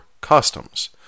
customs